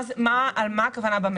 מה הכוונה?